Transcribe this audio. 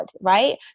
Right